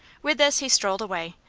with this he strolled away,